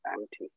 empty